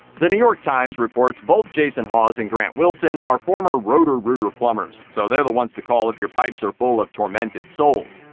the new york times reports both jason hawes and grant wilson are former roto-rooter plumbers, so they're the ones to call if your pipes are full of tormented souls.